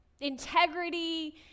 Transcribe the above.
integrity